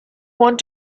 want